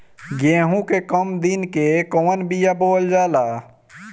गेहूं के कम दिन के कवन बीआ बोअल जाई?